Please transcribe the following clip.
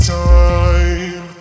time